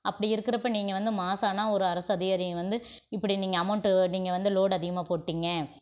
அப்படி இருக்கிறப்ப நீங்கள் வந்து மாசம் ஆனால் ஒரு அரசு அதிகாரிங்க வந்து இப்படி நீங்கள் அமௌண்ட்டு நீங்கள் வந்து லோடு அதிகமாக போட்டிங்க